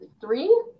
three